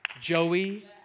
Joey